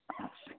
हवस्